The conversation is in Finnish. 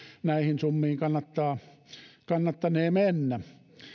näihin summiin kannattanee mennä